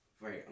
Right